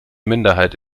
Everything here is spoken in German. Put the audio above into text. minderheit